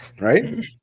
Right